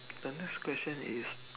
the next question is